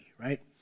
right